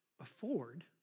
afford